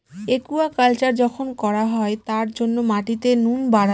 aquaculture যখন করা হয় তার জন্য মাটিতে নুন বাড়ায়